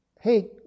hey